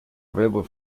available